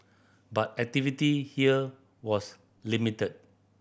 but activity here was limited